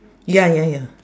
ya ya ya